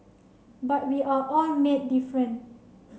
but we are all made different